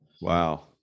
Wow